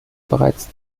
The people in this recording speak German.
bereits